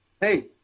Hey